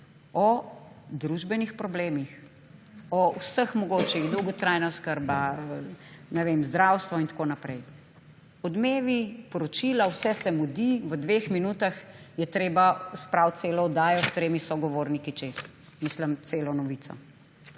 o družbenih problemih, o vseh mogočih: dolgotrajna oskrba, zdravstvo in tako naprej. Odmevi, poročila, vse se mudi, v dveh minutah je treba spraviti celo oddajo s tremi sogovorniki čez, mislim celo novico.